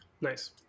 Nice